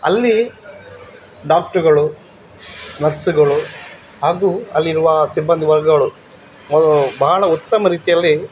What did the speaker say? ಅಲ್ಲಿ ಡಾಕ್ಟ್ರುಗಳು ನರ್ಸ್ಗಳು ಹಾಗು ಅಲ್ಲಿರುವ ಸಿಬ್ಬಂದಿ ವರ್ಗಗಳು ಬಹಳ ಉತ್ತಮ ರೀತಿಯಲ್ಲಿ